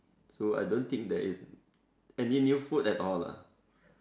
so I don't think there is any new food at all lah